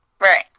Right